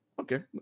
Okay